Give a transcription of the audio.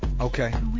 Okay